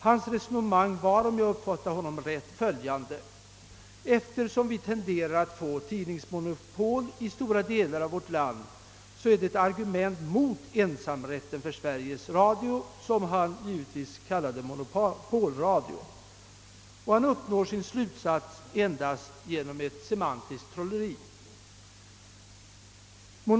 Han ansåg, om jag fattade honom rätt, att det förhållandet att vi tenderar att få ett tidningsmonopol i stora delar av vårt land är ett argument mot ensamrätten för Sveriges Radio, som han givetvis kallade för »monopolradio». Han kom fram till sin slutsats genom ett semantiskt trolleri.